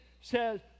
says